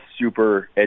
super